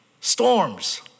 storms